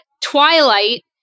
Twilight